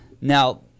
Now